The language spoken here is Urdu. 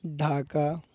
ڈھاکہ